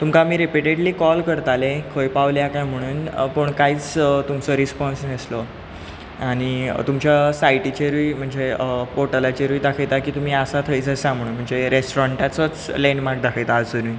तुमकां आमी repeatedly call करतालीं खंय पावल्या काय म्हणून पूण कांयच तुमचो रिस्पॉन्स नासलो आनी तुमच्या सायटीचेरूय म्हणजे पोर्टलाचेरूय दाखयता की तुमी आसा थंयच आसा म्हुणून म्हणजे रॅस्ट्रॉण्टाचोच लँडमार्क दाखयता आजुनूय